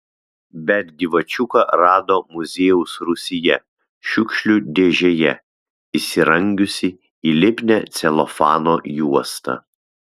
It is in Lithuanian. bet gyvačiuką rado muziejaus rūsyje šiukšlių dėžėje įsirangiusį į lipnią celofano juostą